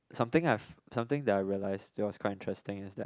something I've something that I realise that was quite interesting is that